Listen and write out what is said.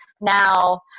Now